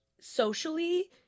socially